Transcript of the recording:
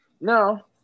No